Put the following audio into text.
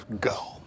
go